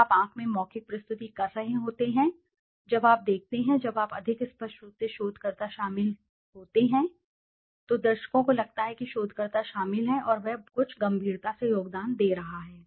जब आप आंख में मौखिक प्रस्तुति कर रहे होते हैं जब आप देखते हैं जब आप अधिक स्पष्ट रूप से शोधकर्ता शामिल होते हैं तो दर्शकों को लगता है कि शोधकर्ता शामिल है और वह कुछ गंभीरता से योगदान दे रहा है